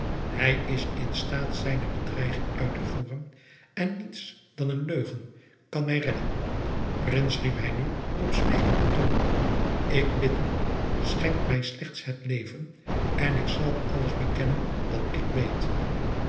hij is in staat zijne bedreiging uit te voeren en niets dan een leugen kan mij redden prins riep hij nu op smeekenden toon ik bid u schenk mij slechts het leven en ik zal alles bekennen wat ik weet